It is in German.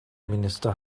minister